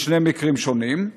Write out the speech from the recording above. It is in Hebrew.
בשני מקרים שונים.